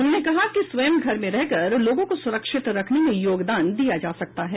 उन्होंने कहा कि स्वयं घर में रहकर लोगों को सुरक्षित रखने में योगदान दिया जा सकता है